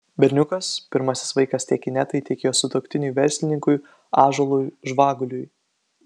berniukas pirmasis vaikas tiek inetai tiek jos sutuoktiniui verslininkui ąžuolui žvaguliui